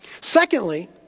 Secondly